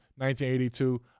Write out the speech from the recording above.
1982